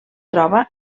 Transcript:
troba